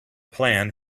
plan